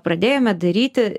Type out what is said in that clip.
pradėjome daryti